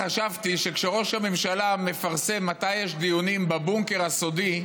חשבתי שכשראש הממשלה מפרסם מתי יש דיונים בבונקר הסודי,